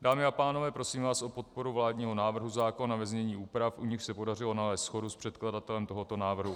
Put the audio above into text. Dámy a pánové, prosím vás o podporu vládního návrhu zákona ve znění úprav, u nichž se podařilo nalézt shodu s předkladatelem tohoto návrhu.